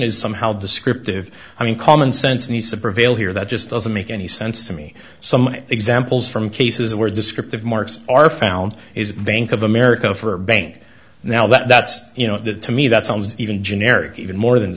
is somehow descriptive i mean common sense needs a prevailing here that just doesn't make any sense to me some examples from cases where descriptive marks are found is bank of america for a bank now that's you know that to me that sounds even generic even more than